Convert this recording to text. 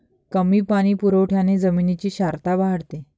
कमी पाणी पुरवठ्याने जमिनीची क्षारता वाढते